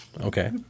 okay